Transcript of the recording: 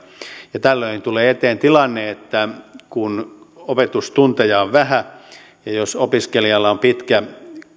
ja tällöin tulee eteen tilanne että kun opetustunteja on vähän ja jos opiskelijalla on pitkä